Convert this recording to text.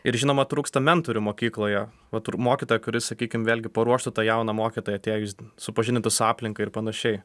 ir žinoma trūksta mentorių mokykloje vat kur mokytojo kuris sakykie vėlgi paruoštų tą jauną mokytoją atėjus supažindintų su aplinka ir panašiai